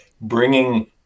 bringing